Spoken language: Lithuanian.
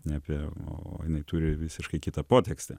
ne apie o jinai turi visiškai kitą potekstę